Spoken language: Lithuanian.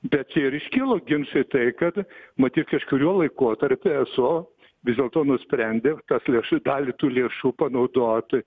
bet čia ir iškilo ginčai tai kad matyt kažkuriuo laikotarpiu eso vis dėlto nusprendė tas lėš dalį tų lėšų panaudot